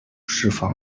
释放